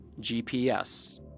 GPS